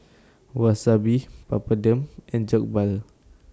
Wasabi Papadum and Jokbal